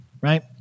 Right